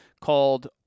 called